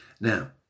Now